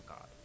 God